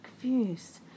confused